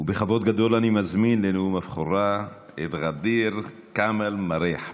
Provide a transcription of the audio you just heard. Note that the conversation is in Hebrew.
ובכבוד גדול אני מזמין לנאום הבכורה את ע'דיר כמאל מריח.